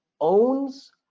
owns